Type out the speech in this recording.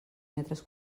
metres